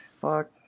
fuck